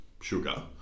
sugar